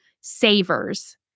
SAVERS